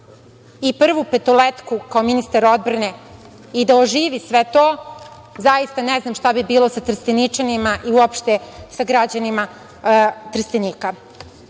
i „Prvu Petoletku“ kao ministar odbrane i da oživi sve to zaista ne znam šta bi bilo sa Trsteničanima i uopšte sa građanima Trstenika. Koliko